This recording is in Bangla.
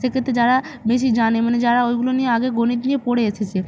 সেক্ষেত্রে যারা বেশি জানে মানে যারা ওইগুলো নিয়ে আগে গণিত নিয়ে পড়ে এসেছে